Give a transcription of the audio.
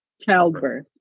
Childbirth